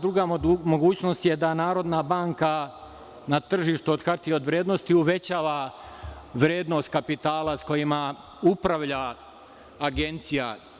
Druga mogućnost je da Narodna banka na tržištu od hartije od vrednosti uvećava vrednost kapitala sa kojima upravlja agencija.